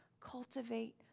Cultivate